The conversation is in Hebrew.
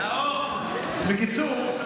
בקיצור,